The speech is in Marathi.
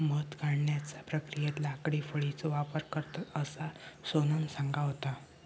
मध काढण्याच्या प्रक्रियेत लाकडी फळीचो वापर करतत, असा सोनम सांगत होता